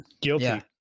guilty